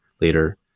later